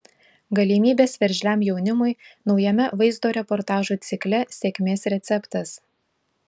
galimybės veržliam jaunimui naujame vaizdo reportažų cikle sėkmės receptas